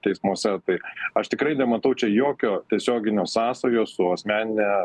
teismuose tai aš tikrai nematau čia jokio tiesioginio sąsajo su asmenine